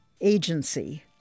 agency